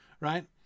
right